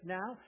now